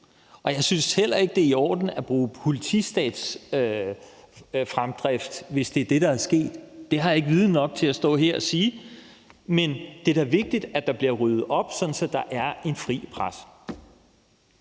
Jeg synes heller ikke, det er i orden at bruge politistatsfremdrift, hvis det er det, der er sket. Det har jeg ikke viden nok til at stå her og sige, men det er da vigtigt, at der bliver ryddet op, sådan at der er en fri presse.